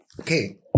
Okay